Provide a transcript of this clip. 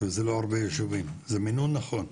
וזה לא הרבה יישובים, זה מינון נכון.